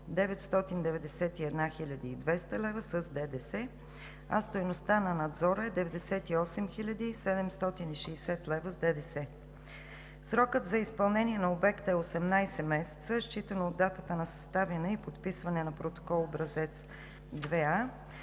Срокът за изпълнение на обекта е 18 месеца, считано от датата на съставяне и подписване на протокол Образец 2а